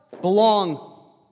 belong